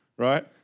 Right